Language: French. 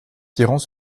tirant